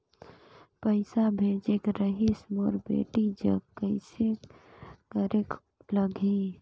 पइसा भेजेक रहिस मोर बेटी जग कइसे करेके लगही?